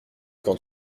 quand